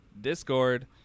discord